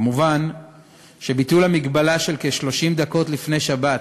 מובן שביטול המגבלה של כ-30 דקות לפני שבת